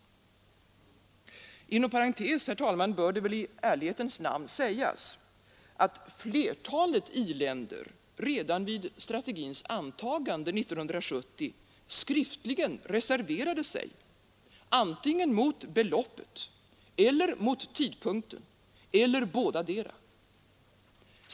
— Inom parentes bör det väl i ärlighetens namn sägas att flertalet i-länder redan vid strategins antagande 1970 skriftligen reserverade sig, antingen mot beloppet eller mot tidpunkten eller bådadera.